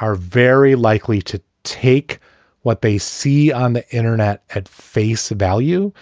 are very likely to take what they see on the internet at face value.